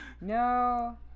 no